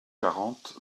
quarante